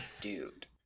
Dude